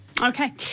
Okay